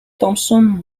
thompson